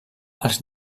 els